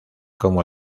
como